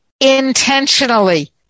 intentionally